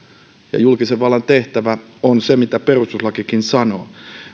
julkisen vallan tehtävä on se mitä perustuslakikin sanoo